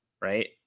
Right